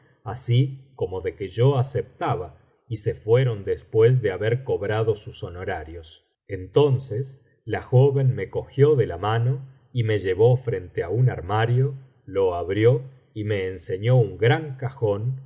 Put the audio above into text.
así como de que yo aceptaba y se fueron después de haber cobrado sus honorarios entonces la joven me cogió de la mano y me llevó frente á un armario lo abrió y me enseñó un gran cajón que